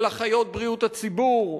על אחיות בריאות הציבור,